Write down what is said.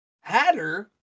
Hatter